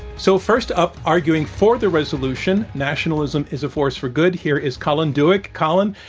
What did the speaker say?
so, first up, arguing for the resolution, nationalism is a force for good, here is colin dueck. colin,